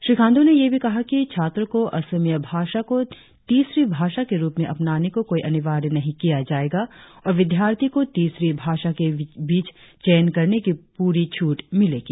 श्री खांडू ने यह भी कहा कि छात्रों को असमिया भाषा को तीसरी भाषा के रुप में अपनाने को अनिवार्य नहीं किया जाएगा और विद्यार्थी को तीसरी भाषा के बीच चयन करने की पूरी छूट मिलेगी